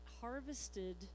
harvested